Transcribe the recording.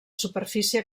superfície